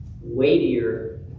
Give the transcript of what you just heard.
weightier